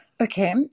Okay